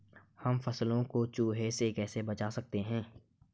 हम फसलों को चूहों से कैसे बचा सकते हैं?